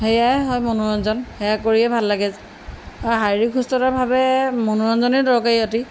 সেয়াই হয় মনোৰঞ্জন সেয়া কৰিয়ে ভাল লাগে আৰু শাৰীৰিক সুস্থতাৰ বাবে মনোৰঞ্জনে দৰকাৰী অতি